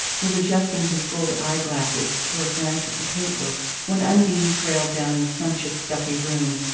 was adjusting his gold eye-glasses for a glance at the paper when undine trailed down the sumptuous stuffy room,